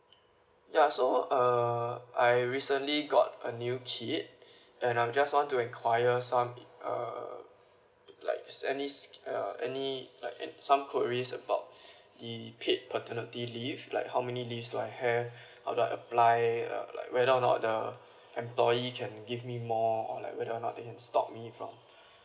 ya so uh I recently got a new kid and I'm just want to inquire some err like is any sc~ uh any like some queries about the paid paternity leave like how many leaves do I have how do I apply uh like whether or not the employee can give me more or like whether or not they can stop me from